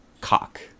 cock